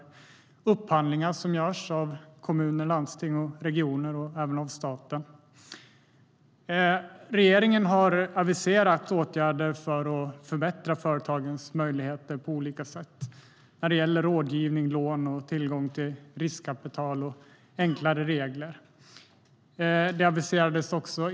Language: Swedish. Även de upphandlingar som görs av kommunerna, landstingen, regionerna och staten är viktiga. Regeringen har aviserat åtgärder för att förbättra företagens möjligheter när det gäller rådgivning, lån, tillgång till riskkapital och enklare regler.